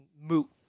moot